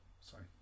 Sorry